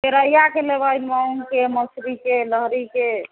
खरहियाके लेबय मूँगके मौसरीके लहरीके